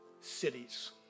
cities